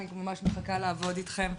אני ממש מחכה לעבוד אתכם.